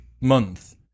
month